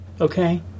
Okay